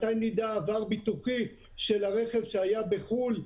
מתי נדע עבר ביטוחי של הרכב שהיה בחו"ל?